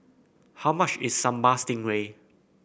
how much is Sambal Stingray